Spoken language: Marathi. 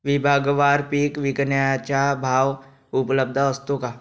विभागवार पीक विकण्याचा भाव उपलब्ध असतो का?